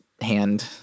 hand